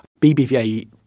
BBVA